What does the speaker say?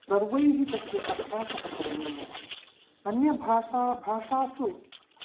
सर्वैः तस्य अभ्यासः करणीयः अन्यभाषा भाषासु